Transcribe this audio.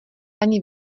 ani